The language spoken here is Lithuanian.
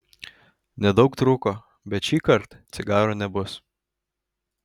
nedaug trūko bet šįkart cigaro nebus